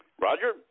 Roger